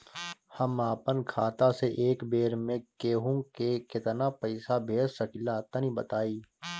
हम आपन खाता से एक बेर मे केंहू के केतना पईसा भेज सकिला तनि बताईं?